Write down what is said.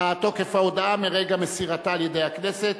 תוקף ההודעה מרגע מסירתה על-ידי הכנסת,